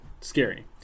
scary